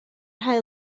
haul